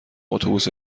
اتوبوس